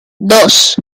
dos